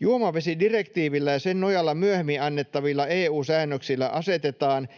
Juomavesidirektiivillä ja sen nojalla myöhemmin annettavilla EU-säännöksillä asetetaan